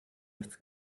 nichts